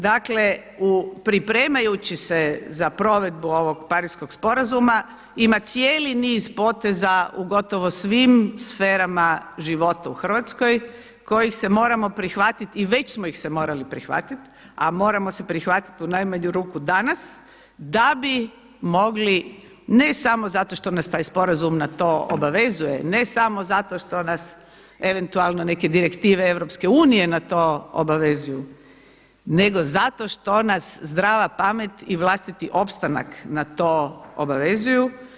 Dakle, pripremajući se za provedbu ovog Pariškog sporazuma ima cijeli niz poteza u gotovo svim sferama života u Hrvatskoj kojih se moramo prihvatiti i već smo ih se morali prihvatiti, a moramo se prihvatiti u najmanju ruku danas da bi mogli ne samo zato što nas taj sporazum na to obavezuje, ne samo zato što nas eventualno neke direktive EU na to obavezuju nego zato što nas zdrava pamet i vlastiti opstanak na to obavezuju.